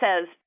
says